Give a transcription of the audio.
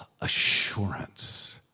assurance